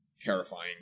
terrifying